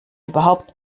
überhaupt